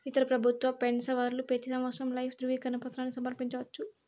ఇతర పెబుత్వ పెన్సవర్లు పెతీ సంవత్సరం లైఫ్ దృవీకరన పత్రాని సమర్పించవచ్చు